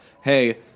Hey